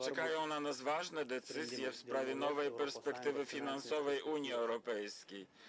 Czekają nas ważne decyzje w sprawie nowej perspektywy finansowej Unii Europejskiej.